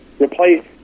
replace